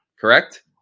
correct